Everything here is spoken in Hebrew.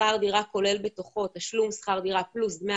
שכר הדירה כולל בתוכו תשלום שכר דירה פלוס דמי